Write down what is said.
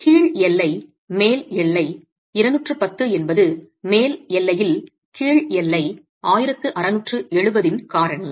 கீழ் எல்லை மேல் எல்லை 210 என்பது மேல் எல்லையில் கீழ் எல்லை 1670 இன் காரணி